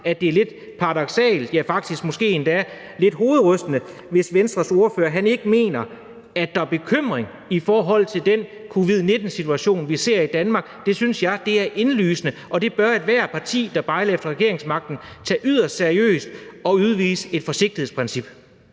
at det er lidt paradoksalt – ja, måske endda lidt hovedrystende – hvis Venstres ordfører ikke mener, at der er bekymring i forhold til den covid-19-situation, vi ser i Danmark. Det synes jeg er indlysende, og ethvert parti, der bejler efter regeringsmagten, bør tage det yderst seriøst og udvise et forsigtighedsprincip.